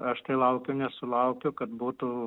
aš tai laukiu nesulaukiu kad būtų